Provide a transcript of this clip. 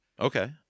Okay